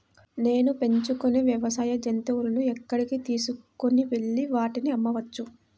నేను పెంచుకొనే వ్యవసాయ జంతువులను ఎక్కడికి తీసుకొనివెళ్ళి వాటిని అమ్మవచ్చు?